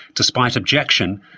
despite objection,